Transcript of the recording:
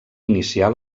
iniciar